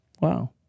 Wow